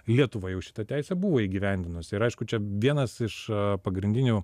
lietuva jau šitą teisę buvo įgyvendinusi ir aišku čia vienas iš pagrindinių